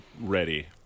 ready